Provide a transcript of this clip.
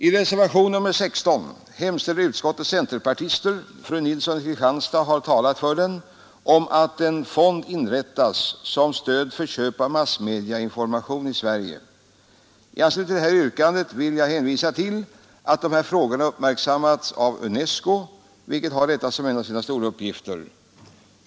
I reservationen 16 hemställer utskottets centerpartister — fru Nilsson i Kristianstad har för en stund sedan talat för reservationen — att en fond inrättas som stöd för köp av massmediainformation i Sverige. I anslutning till detta yrkande vill jag hänvisa till att dessa frågor uppmärksammas av UNESCO som har detta som en av sina stora arbetsuppgifter.